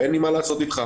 אין לי מה לעשות איתך,